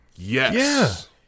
Yes